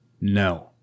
No